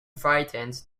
frightened